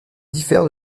diffère